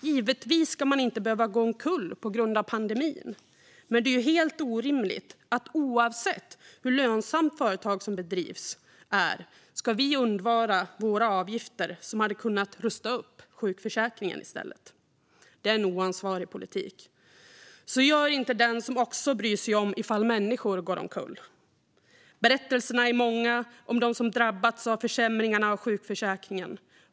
Givetvis ska man inte behöva gå omkull på grund av pandemin, men det är helt orimligt att oavsett hur lönsamt ett företag är ska vi undvara våra avgifter som i stället hade kunnat rusta upp sjukförsäkringen. Det är en oansvarig politik. Så gör inte den som också bryr sig om ifall människor går omkull. Berättelserna är många om dem som har drabbats av försämringarna i sjukförsäkringen.